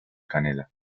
canela